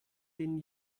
den